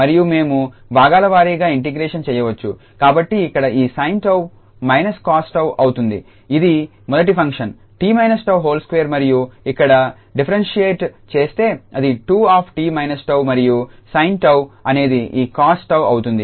మరియు మేము భాగాల వారీగా ఇంటిగ్రేషన్ చేయవచ్చు కాబట్టి ఇక్కడ ఈ sin𝜏 −cos𝜏 అవుతుంది ఇది మొదటి ఫంక్షన్ 𝑡−𝜏2 మరియు ఇక్కడ డిఫరెన్షియేట్ చేస్తే అది 2𝑡−𝜏 మరియు sin𝜏 అనేది ఈ cos𝜏 అవుతుంది